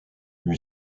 lui